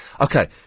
Okay